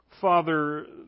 Father